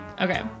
Okay